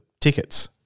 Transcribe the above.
tickets